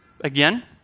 Again